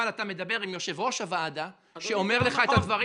אבל אתה מדבר עם יושב-ראש הוועדה שאומר לך את הדברים --- אדוני,